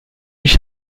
mich